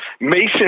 Mason